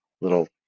little